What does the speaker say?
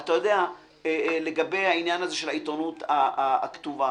לגבי העניין של העיתונות הכתובה,